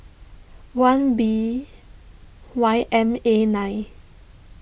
one B Y M A nine